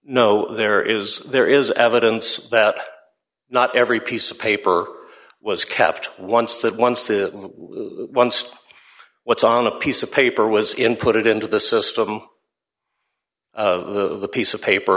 no there is there is evidence that not every piece of paper was kept once that once the in the what's on a piece of paper was in put it into the system the piece of paper